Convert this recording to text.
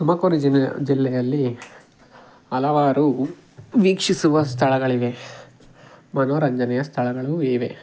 ತುಮಕೂರು ಜಿಲ್ಲೆ ಜಿಲ್ಲೆಯಲ್ಲಿ ಹಲವಾರು ವೀಕ್ಷಿಸುವ ಸ್ಥಳಗಳಿವೆ ಮನೋರಂಜನೆಯ ಸ್ಥಳಗಳೂ ಇವೆ